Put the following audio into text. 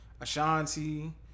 Ashanti